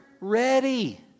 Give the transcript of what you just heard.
ready